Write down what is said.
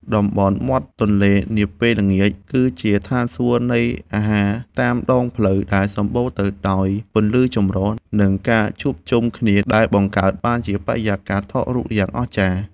តំបន់មាត់ទន្លេនាពេលល្ងាច គឺជាឋានសួគ៌នៃអាហារតាមដងផ្លូវ ដែលសម្បូរទៅដោយពន្លឺចម្រុះពណ៌ និងការជួបជុំគ្នាដែលបង្កើតបានជាបរិយាកាសថតរូបយ៉ាងអស្ចារ្យ។